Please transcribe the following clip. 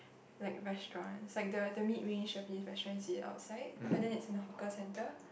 like restaurants like the the mid range Japanese restaurants you eat outside but then is in a hawker centre